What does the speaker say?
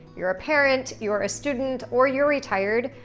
you're a parent, you're a student, or you're retired,